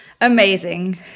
Amazing